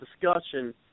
discussion